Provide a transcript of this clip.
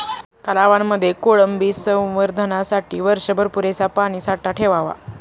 तलावांमध्ये कोळंबी संवर्धनासाठी वर्षभर पुरेसा पाणीसाठा ठेवावा